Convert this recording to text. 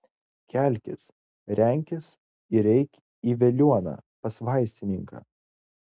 kelkis renkis ir eik į veliuoną pas vaistininką